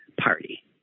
Party